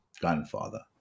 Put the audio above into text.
grandfather